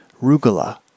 rugula